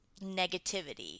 negativity